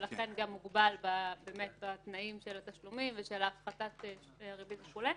לכן גם מוגבל בתנאים של התשלומים ושל הפחתת הריבית וכו'.